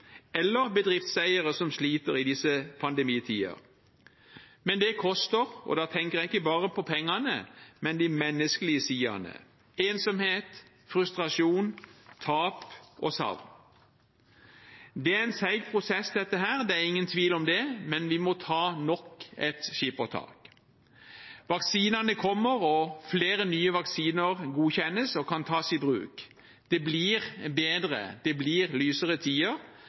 eller til bedriftseiere som sliter i disse pandemitider. Men det koster, og da tenker jeg ikke bare på pengene, men på de menneskelige sidene: ensomhet, frustrasjon, tap og savn. Det er en seig prosess, dette, det er ingen tvil om det, men vi må ta nok et skippertak. Vaksinene kommer, og flere nye vaksiner godkjennes og kan tas i bruk. Det blir bedre, det blir lysere tider,